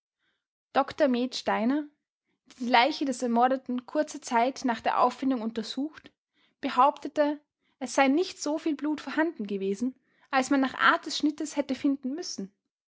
dr med steiner der die leiche des ermordeten kurze zeit nach der auffindung untersucht behauptete es sei nicht soviel blut vorhanden gewesen als man nach art des schnittes hätte finden müssen